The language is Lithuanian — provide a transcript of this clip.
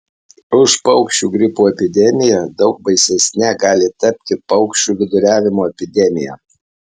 už paukščių gripo epidemiją daug baisesne gali tapti paukščių viduriavimo epidemija